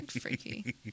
Freaky